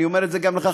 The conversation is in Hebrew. אני אומר את זה גם לך,